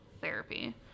therapy